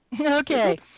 Okay